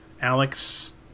Alex